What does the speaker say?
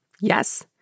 Yes